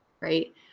right